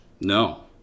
No